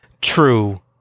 True